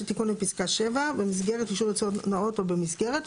תיקון לפסקה 7 "במסגרת אישור ייצור נאות או במסגרת".